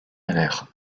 allèrent